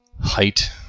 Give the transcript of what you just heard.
Height